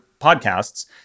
podcasts